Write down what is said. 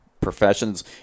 professions